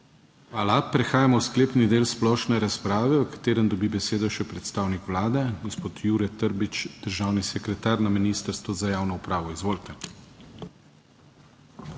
Hvala. Prehajamo v sklepni del splošne razprave, v katerem dobi besedo še predstavnik Vlade gospod Jure Trbič, državni sekretar na Ministrstvu za javno upravo. Izvolite.